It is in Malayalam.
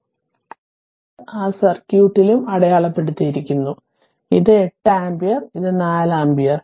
ഇത് ആ സർക്യൂട്ടിലും അടയാളപ്പെടുത്തിയിരിക്കുന്നു ഇത് 8 ആമ്പിയർ ഇത് 4 ആമ്പിയർ